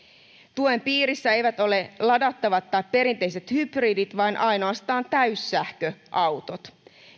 tuen piirissä eivät ole ladattavat tai perinteiset hybridit vaan ainoastaan täyssähköautot